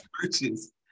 purchase